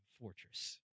fortress